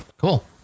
Cool